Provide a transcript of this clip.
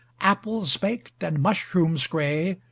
apples baked, and mushrooms grey,